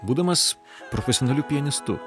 būdamas profesionaliu pianistu